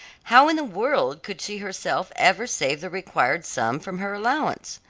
how in the world could she herself ever save the required sum from her allowance.